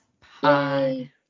Hi